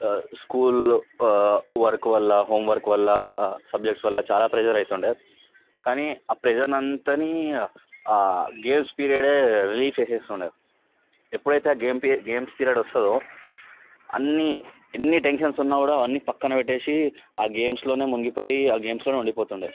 school work వల్ల homework వల్ల subjects వల్ల చాలా ప్రెషర్ అయితుండే కానీ ఆ ప్రెషర్ అంతా గేమ్స్ పీరియడ్ రిలీఫ్ చేస్తుండే ఎప్పుడైతే ఆ గేమ్ పీ గేమ్స్ పీరియడ్ వస్తుందో అన్నీ ఎన్ని టెన్షన్స్ ఉన్న కూడా అవన్నీ పక్కన పెట్టి ఆ గేమ్స్లో మునిగిపోయి ఆ గేమ్స్లో ఉండిపోతుండే